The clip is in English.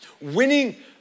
Winning